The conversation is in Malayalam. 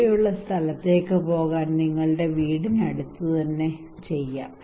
ദൂരെയുള്ള സ്ഥലത്തേക്ക് പോകാൻ നിങ്ങളുടെ വീടിനടുത്ത് തന്നെ ചെയ്യാം